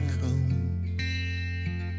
come